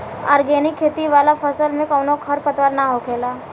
organic खेती वाला फसल में कवनो खर पतवार ना होखेला